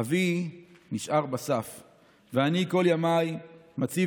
/ אבי נשאר בסף / ואני כל ימיי / מציב